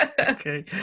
Okay